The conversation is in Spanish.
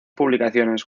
publicaciones